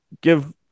give